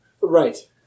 Right